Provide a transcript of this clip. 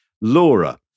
Laura